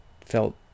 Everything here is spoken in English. felt